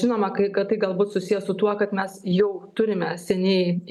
žinoma kai kad tai galbūt susiję su tuo kad mes jau turime seniai